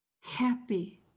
happy